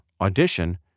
audition